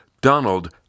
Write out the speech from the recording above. Donald